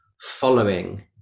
following